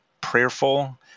prayerful